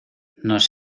nos